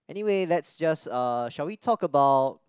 anyway let's just uh shall we talk about